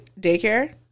daycare